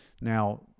Now